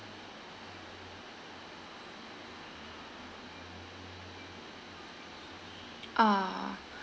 ah